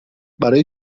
برای